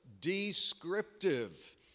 descriptive